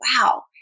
wow